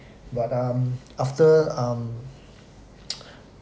but um after um